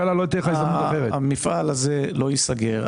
המפעל העזה לא ייסגר.